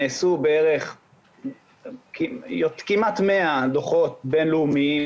נעשו כמעט 100 דוחות בין לאומיים